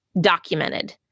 documented